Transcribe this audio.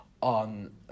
on